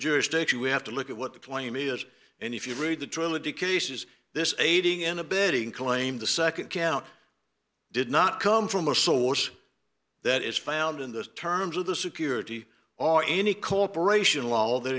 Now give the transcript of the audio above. jurisdiction we have to look at what the claim is and if you read the trilogy cases this aiding and abetting claim the second count did not come from a source that is found in the terms of the security or any corporation wall that